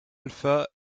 alpha